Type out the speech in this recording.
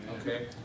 okay